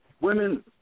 women